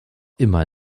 immer